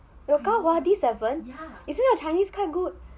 !huh! your 高华 D seven isn't your chinese quite good